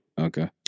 Okay